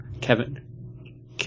Kevin